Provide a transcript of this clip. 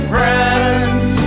Friends